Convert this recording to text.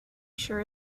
sure